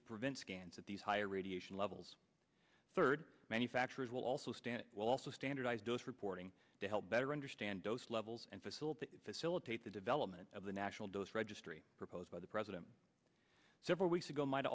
to prevent scans at these higher radiation levels third manufacturers will also stand will also standardize dose reporting to help better understand dose levels and facilitate facilitate the development of the national dose registry proposed by the president several weeks ago might